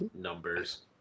numbers